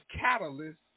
catalyst